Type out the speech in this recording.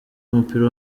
w’umupira